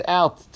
out